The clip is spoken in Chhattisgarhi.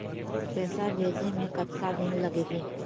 पैसा भेजे मे कतका दिन लगही?